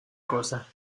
cosa